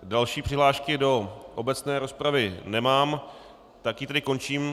Další přihlášky do obecné rozpravy nemám, tak ji tedy končím.